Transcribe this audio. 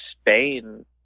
Spain